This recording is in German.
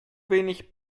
wenig